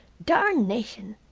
darnation!